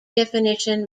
definition